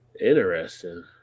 Interesting